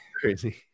Crazy